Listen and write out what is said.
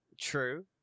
True